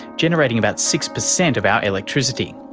generating about six percent of our electricity.